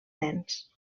nens